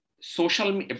social